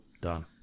Done